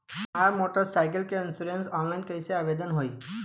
हमार motorcycle के insurance online कईसे आवेदन होई?